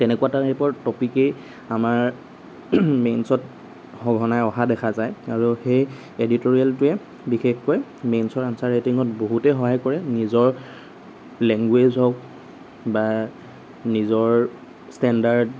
তেনেকুৱা টাইপৰ টপিকেই আমাৰ মেইনছত সঘনাই অহা দেখা যায় আৰু সেই এডিটৰিয়েলটোৱে বিশেষকৈ মেইনছৰ আনছাৰ ৰাইটিঙত বহুতেই সহায় কৰে নিজৰ লেংগুৱেজ হওক বা নিজৰ ষ্টেণ্ডাৰ্ড